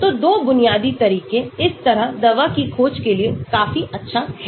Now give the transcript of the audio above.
तो 2 बुनियादी तरीके इस तरह दवा की खोज के लिए काफी अच्छा है